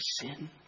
sin